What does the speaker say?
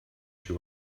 you